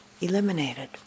eliminated